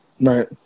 right